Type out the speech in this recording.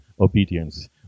obedience